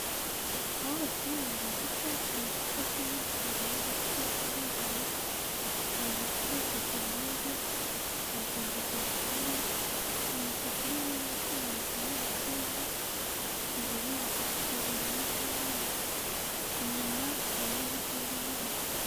Aho bacururiza amata hari icyapa kinini kigaragaza uko bacuruza amata. Hari moto iparitse ku ruhande, hari kandagira ukarabe, hari umutaka uri mu ibara ry'umuhondo wa MTN, izo nyubako zisize amarange y'umweru. Inyuma hariyo n'izindi nyubako.